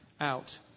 out